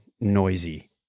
noisy